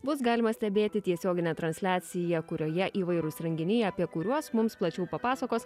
bus galima stebėti tiesioginę transliaciją kurioje įvairūs renginiai apie kuriuos mums plačiau papasakos